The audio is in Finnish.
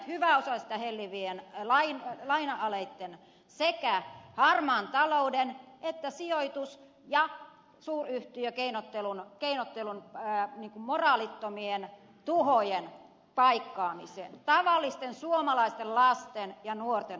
ne menevät hyväosaisia hellivien laina alejen sekä harmaan talouden sekä sijoitus ja suuryhtiökeinottelun moraalittomien tuhojen paikkaamiseen tavallisten suomalaisten lasten ja nuorten arjen kustannuksella